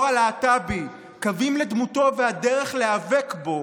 הלהט"בי: קווים לדמותו והדרך להיאבק בו,